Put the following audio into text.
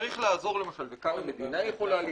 צריך לעזור וכאן המדינה יכולה להיכנס.